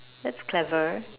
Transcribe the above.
that's clever